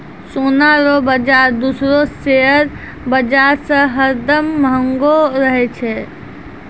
सोना रो बाजार दूसरो शेयर बाजार से हरदम महंगो रहै छै